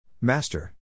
Master